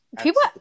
people